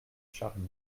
charny